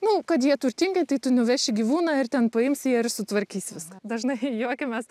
nu kad jie turtingi tai tu nuveši gyvūną ir ten paims jie ir sutvarkys viską dažnai juokiamės